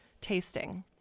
tasting